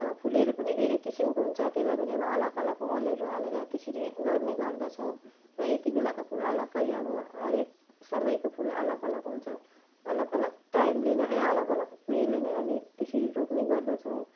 फुलहरू पनि धेरै किसिमको हुन्छ त्यसलाई पनि अब अलग अलग मलहरू हालेर त्यसरी गर्ने गर्दछौँ र यति बेलाको फुल अलग्गै अब हरेक समयको फुल अलग अलग हुन्छ अलग अलग टाइमले नै ए अलग अलग ऊ योले नै हामी त्यसरी रोप्ने गर्दछौँ